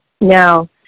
No